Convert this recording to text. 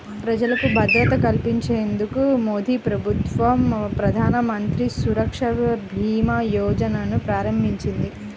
ప్రజలకు భద్రత కల్పించేందుకు మోదీప్రభుత్వం ప్రధానమంత్రి సురక్షభీమాయోజనను ప్రారంభించింది